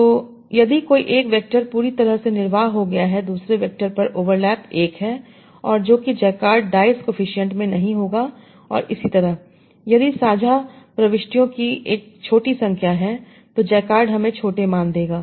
तो यदि कोई एक वेक्टर पूरी तरह से निर्वाह हो गया है दूसरे वेक्टर पर ओवरलैप 1 है और जो कि जैकार्ड डाइस कोएफिसिएंट में नहीं होगा और इसी तरह यदि साझा प्रविष्टियों की एक छोटी संख्या है तो जैकार्ड हमें छोटे मान देगा